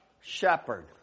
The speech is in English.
Shepherd